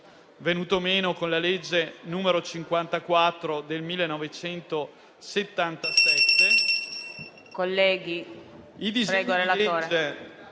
venuto meno con la legge n. 54 del 1977,